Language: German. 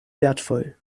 wertvoll